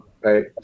right